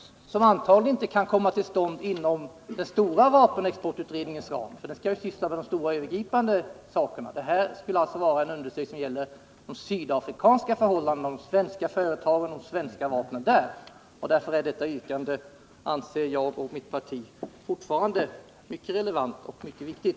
En sådan undersökning kan antagligen inte komma till stånd inom den stora vapenutredningens ram, för den skall ju arbeta med de stora och övergripande frågorna, och det som avses här är de sydafrikanska förhållandena och den roll de svenska företagen och de svenska vapnen spelar där. Mot den här bakgrunden anser jag och mitt parti fortfarande att vårt yrkande är mycket relevant och mycket viktigt.